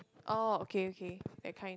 oh okay okay that kind